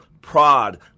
prod